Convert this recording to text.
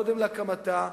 קודם להקמתה,